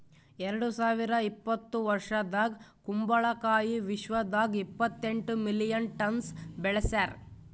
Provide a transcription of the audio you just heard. ಎರಡು ಸಾವಿರ ಇಪ್ಪತ್ತು ವರ್ಷದಾಗ್ ಕುಂಬಳ ಕಾಯಿ ವಿಶ್ವದಾಗ್ ಇಪ್ಪತ್ತೆಂಟು ಮಿಲಿಯನ್ ಟನ್ಸ್ ಬೆಳಸ್ಯಾರ್